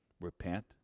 repent